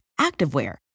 activewear